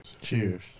Cheers